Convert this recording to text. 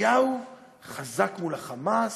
נתניהו חזק מול ה"חמאס",